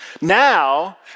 Now